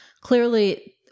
Clearly